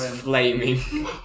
flaming